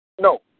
No